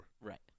Right